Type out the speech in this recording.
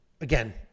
Again